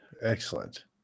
excellent